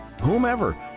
whomever